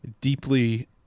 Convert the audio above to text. deeply